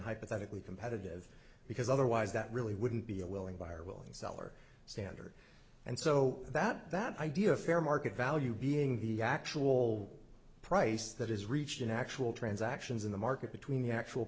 hypothetically competitive because otherwise that really wouldn't be a willing buyer willing seller standard and so that that idea a fair market value being the actual price that is reached in actual transactions in the market between the actual